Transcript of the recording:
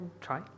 try